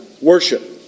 worship